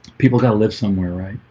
people that live somewhere right?